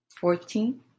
fourteen